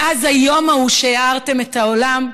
מאז היום ההוא שהארתם את העולם,